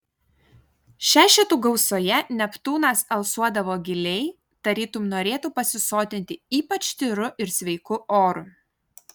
šešetų gausoje neptūnas alsuodavo giliai tarytum norėtų pasisotinti ypač tyru ir sveiku oru